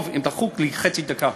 טוב, אם דחוק לי, חצי דקה.